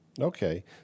Okay